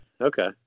okay